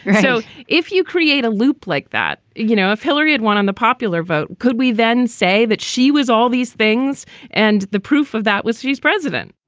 yeah so if you create a loop like that. you know, if hillary had won on the popular vote, could we then say that she was all these things and the proof of that was she's president?